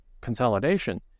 consolidation